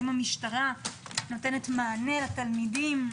האם המשטרה נותנת מענה לתלמידים,